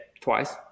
twice